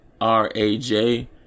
r-a-j